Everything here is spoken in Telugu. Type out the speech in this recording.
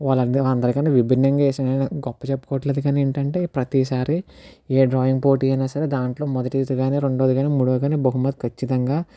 వాళ్ల అంద వాళ్ల అందరికన్నా విభినంగా వేసేవాడిని గొప్పలు చెప్పుకోవటం లేదు కానీ ఏంటంటే ప్రతిసారి ఏ డ్రాయింగ్ పోటీ అయినా సరే దాంట్లో మొదటిది కాని రెండవది కాని మూడవది కాని బహుమతి ఖచ్చితంగా